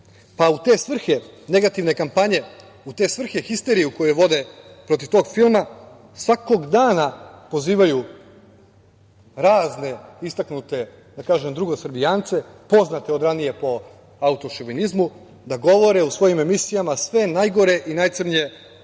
Pa, u te svrhe negativne kampanje, u te svrhe histerije koju vode protiv tog filma, svakog dana pozivaju razne istaknute, da tako kažem, drugosrbijance, poznate od ranije po autošovinizmu, da govore u svojim emisijama sve najgore i najcrnje